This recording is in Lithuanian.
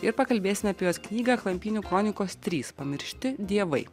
ir pakalbėsime apie jos knygą klampynių kronikos trys pamiršti dievai